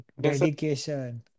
dedication